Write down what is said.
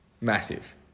massive